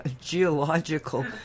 geological